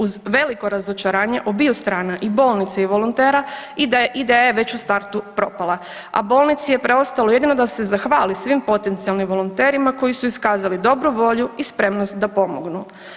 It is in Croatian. Uz veliko razočaranje obiju strana i bolnice i volontera ideja je već u startu propala, a bolnici je preostalo jedino da se zahvali svim potencijalnim volonterima koji su iskazali dobru volju i spremnost da pomognu.